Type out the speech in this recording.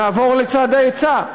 נעבור לצד ההיצע.